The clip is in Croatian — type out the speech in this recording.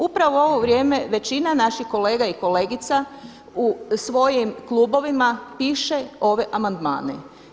Upravo ovo vrijeme većina naših kolega i kolegica u svojim klubovima piše ove amandmane.